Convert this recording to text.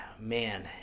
man